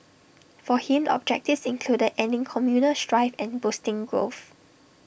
for him the objectives included ending communal strife and boosting growth